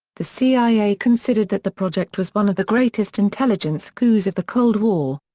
the cia considered that the project was one of the greatest intelligence coups of the cold war.